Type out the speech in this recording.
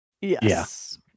Yes